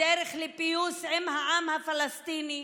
הדרך לפיוס עם העם הפלסטיני,